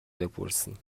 بپرسیم